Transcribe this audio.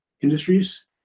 industries